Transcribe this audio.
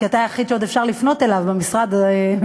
כי אתה היחיד שעוד אפשר לפנות אליו במשרד האוצר,